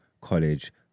college